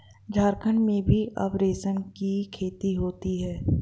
झारखण्ड में भी अब रेशम की खेती होती है